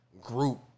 group